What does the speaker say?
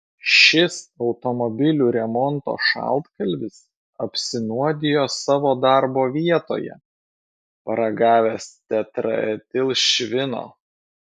šis automobilių remonto šaltkalvis apsinuodijo savo darbo vietoje paragavęs tetraetilšvino